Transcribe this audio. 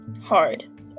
hard